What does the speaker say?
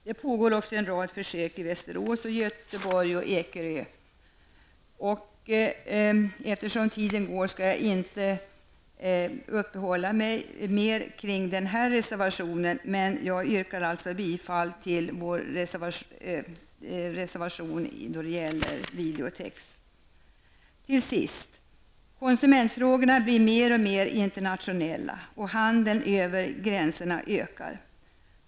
Det pågår också en rad försök i Eftersom tiden går skall jag inte uppehålla mig mer kring denna reservation. Jag yrkar bifall till vår reservation som gäller videotex. Till sist: Konsumentfrågorna blir mer och mer internationella. Handeln över gränserna ökar.